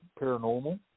Paranormal